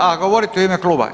A govorite u ime kluba?